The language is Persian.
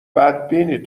بدبینی